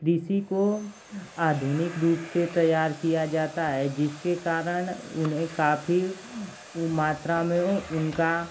कृषि को आधुनिक रूप से तैयार किया जाता है जिसके कारण उन्हें काफ़ी मात्रा में उनका